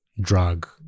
drug